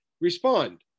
respond